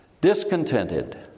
discontented